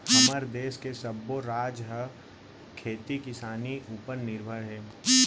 हमर देस के सब्बो राज ह खेती किसानी उपर निरभर हे